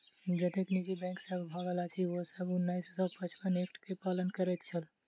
जतेक निजी बैंक सब भागल अछि, ओ सब उन्नैस सौ छप्पन एक्ट के पालन करैत छल